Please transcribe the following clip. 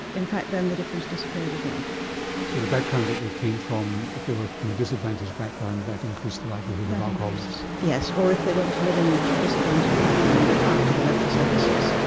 in fact then the difference disappeared as well. so the background that they came from, if they were from a disadvantaged background, that increased the likelihood of alcohol use. yes, or if they went to live in and a disadvantaged background after they left the services.